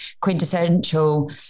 quintessential